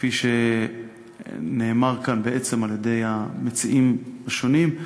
כפי שנאמר כאן בעצם על-ידי המציעים השונים,